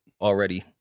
already